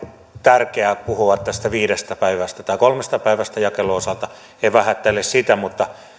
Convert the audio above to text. tärkeää puhua tästä viidestä päivästä tai kolmesta päivästä jakelun osalta en vähättele sitä mutta